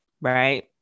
right